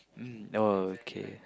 mm okay